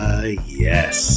yes